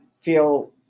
feel